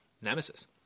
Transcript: Nemesis